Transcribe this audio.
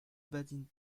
badine